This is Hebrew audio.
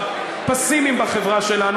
הפסימיים בחברה שלנו,